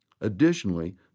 Additionally